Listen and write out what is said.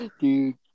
Dude